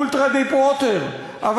deepwater ultra.